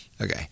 Okay